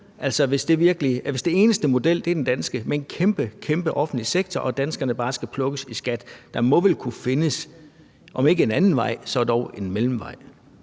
hvis den eneste model er den danske med en kæmpe, kæmpe offentlig sektor, hvor danskerne bare skal plukkes i skat? Der må vel kunne findes om ikke en anden vej, så dog en mellemvej?